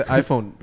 iPhone